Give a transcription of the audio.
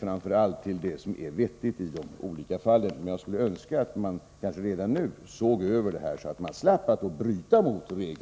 framför allt ser till det som är vettigt i de olika fallen. Jag skulle ändå önska att man redan nu såg över detta, så att de slapp att bryta mot reglerna.